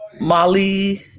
Molly